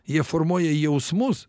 jie formuoja jausmus